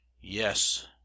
Yes